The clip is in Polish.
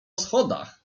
schodach